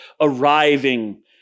arriving